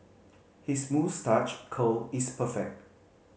his moustache curl is perfect